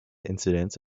incidence